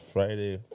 Friday